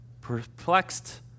perplexed